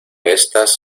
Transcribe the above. estas